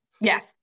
Yes